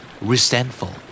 Resentful